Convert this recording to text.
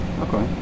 okay